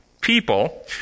people